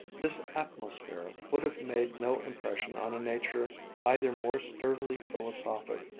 this atmosphere would have made no impression on a nature either more sturdily philosophic,